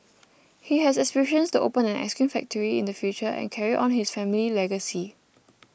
he has aspirations to open an ice cream factory in the future and carry on his family legacy